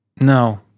No